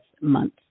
month